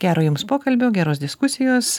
gero jums pokalbio geros diskusijos